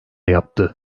yaptı